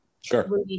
sure